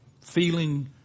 feeling